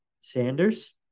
Sanders